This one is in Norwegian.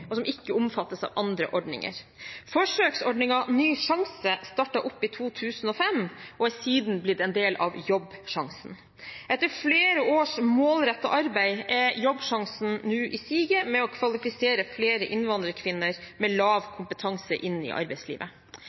og som ikke omfattes av andre ordninger. Forsøksordningen Ny sjanse startet opp i 2005 og er siden blitt en del av Jobbsjansen. Etter flere års målrettet arbeidet er Jobbsjansen nå i siget med å kvalifisere flere innvandrerkvinner med lav kompetanse inn i arbeidslivet.